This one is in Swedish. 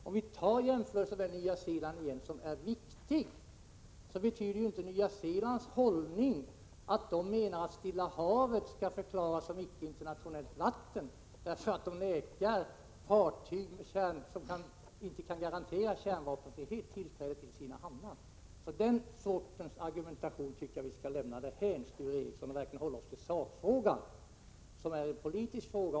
Om vi återigen gör jämförelsen med Nya Zeeland, som är viktig, så betyder ju inte dess hållning — att vägra fartyg som inte kan garantera kärnvapenfrihet tillträde till sina hamnar — att Stilla Havet skall förklaras som icke internationellt vatten. Den sortens argumentation tycker jag att vi skall lämna därhän, Sture Ericson, och i stället hålla oss till sakfrågan, som är en politisk fråga.